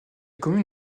commune